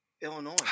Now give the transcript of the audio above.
Illinois